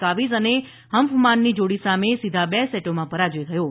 કાવીઝ અને હન્ફમાનની જોડી સામે સીધા બે સેટોમાં પરાજ્ય થયો હતો